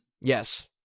Yes